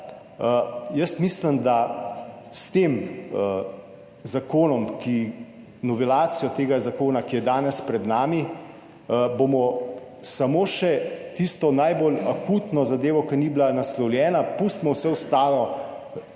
jaz mislim, da s tem zakonom, ki novelacijo tega zakona, ki je danes pred nami, bomo samo še tisto najbolj akutno zadevo, ki ni bila naslovljena, pustimo vse ostalo,